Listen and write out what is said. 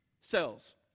cells